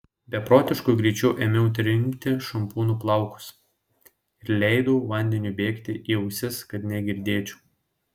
beprotišku greičiu ėmiau trinkti šampūnu plaukus ir leidau vandeniui bėgti į ausis kad negirdėčiau